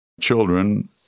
children